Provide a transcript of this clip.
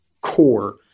core